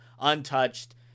untouched